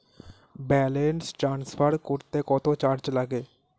Balance transfer করতে কত charge লাগে?